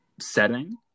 setting